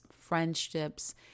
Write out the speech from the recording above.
friendships